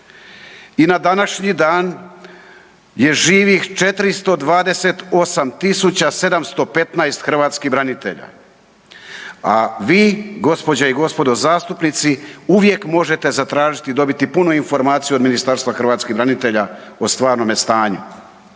I na današnji dan gdje živi 428715 hrvatskih branitelja, a vi gospođe i gospodo zastupnici uvijek možete zatražiti i dobiti punu informaciju od Ministarstva hrvatskih branitelja o stvarnome stanju.